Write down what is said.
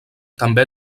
també